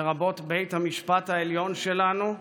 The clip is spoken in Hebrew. לרבות בית המשפט העליון שלנו,